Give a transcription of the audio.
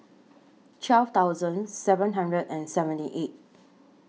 twelve thousand seven hundred and seventy eight